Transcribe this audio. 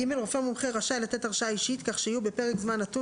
(ג)רופא מומחה רשאי לתת הרשאה אישית כך שיהיו בפרק זמן נתון